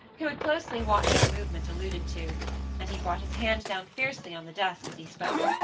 who had closely watched the movement alluded to and he brought his hand down fiercely on the desk as he spoke.